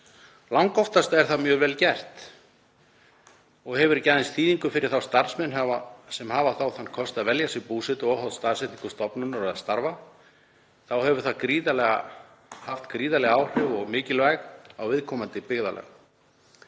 Langoftast er það mjög vel gert og hefur ekki aðeins þýðingu fyrir þá starfsmenn sem hafa þá þann kost að velja sér búsetu óháð staðsetningu stofnunar eða starfs. Þá hefur það haft gríðarleg áhrif og mikilvæg á viðkomandi byggðarlög